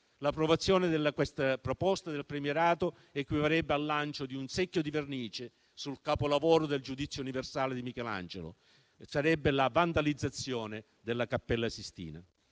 L'approvazione di questa proposta del premierato equivarrebbe al lancio di un secchio di vernice sul capolavoro del Giudizio universale di Michelangelo. Sarebbe la vandalizzazione della Cappella Sistina.